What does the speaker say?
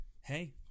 Hey